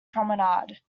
promenade